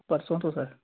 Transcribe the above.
ਪਰਸੋਂ ਤੋਂ ਸਰ